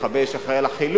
מכבי האש אחראי לחילוץ,